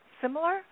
similar